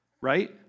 right